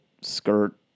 skirt